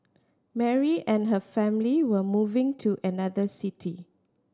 Mary and her family were moving to another city